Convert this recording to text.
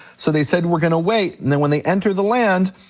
so they said we're gonna wait, then when they entered the land,